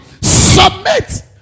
Submit